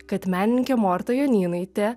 kad menininkė morta jonynaitė